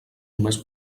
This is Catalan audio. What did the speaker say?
només